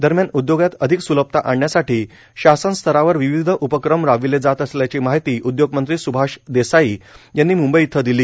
दरम्यान उद्योगांत अधिक स्लभता आणण्यासाठी शासन स्तरावर विविध उपक्रम राबविले जात असल्याची माहिती उदयोगमंत्री सुभाष देसाई यांनी मुंबई इथं दिली